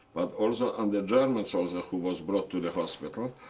but also on the german soldier who was brought to the hospital.